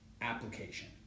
application